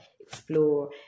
explore